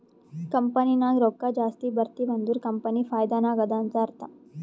company ನಾಗ್ ರೊಕ್ಕಾ ಜಾಸ್ತಿ ಬರ್ತಿವ್ ಅಂದುರ್ ಕಂಪನಿ ಫೈದಾ ನಾಗ್ ಅದಾ ಅಂತ್ ಅರ್ಥಾ